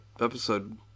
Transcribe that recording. episode